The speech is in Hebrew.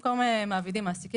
במקום מעבידים - מעסיקים.